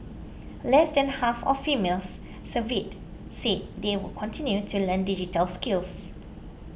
less than half of females surveyed said they would continue to learn digital skills